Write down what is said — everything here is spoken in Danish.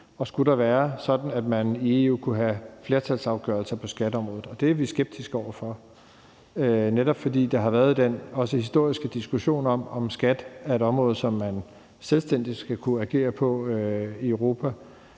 det skulle være sådan, at man i EU kunne have flertalsafgørelser på skatteområdet. Det er vi skeptiske over for, netop fordi der har været den også historiske diskussion om, om skat er et område, som man selvstændigt skal kunne agere på i EU,